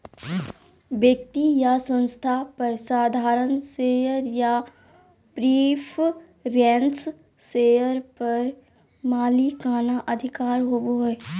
व्यक्ति या संस्था पर साधारण शेयर या प्रिफरेंस शेयर पर मालिकाना अधिकार होबो हइ